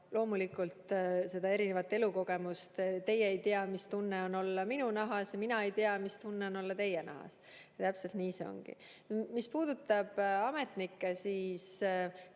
on lihtsalt erinev elukogemus ja teie ei tea, mis tunne on olla minu nahas, ja mina ei tea, mis tunne on olla teie nahas. Täpselt nii see ongi. Mis puudutab ametnikke, siis